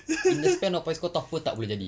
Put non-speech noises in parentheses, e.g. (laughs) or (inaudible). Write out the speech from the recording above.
(laughs)